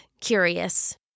curious